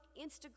Instagram